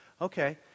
okay